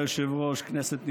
אדוני היושב-ראש, כנסת נכבדה,